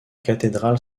cathédrale